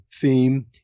theme